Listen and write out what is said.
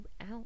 out